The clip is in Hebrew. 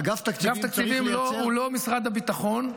אגף תקציבים הוא לא משרד הביטחון,